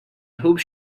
hope